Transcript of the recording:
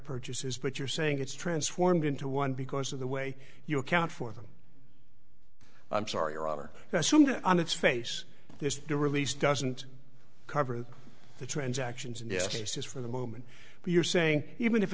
purchases but you're saying it's transformed into one because of the way you account for them i'm sorry your honor on its face this the release doesn't cover the transactions in this case is for the moment but you're saying even if